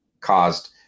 caused